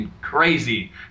crazy